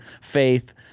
faith